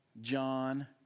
John